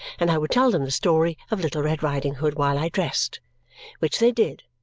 and i would tell them the story of little red riding hood while i dressed which they did,